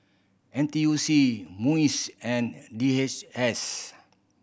N T U C MUIS and D H S